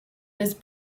his